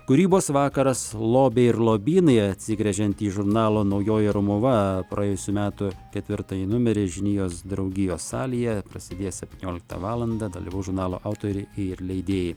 kūrybos vakaras lobiai ir lobynai atsigręžiantį žurnalo naujoji romuva praėjusių metų ketvirtąjį numerį žinijos draugijos salėje prasidės septynioliktą valandą dalyvaus žurnalo autoriai ir leidėjai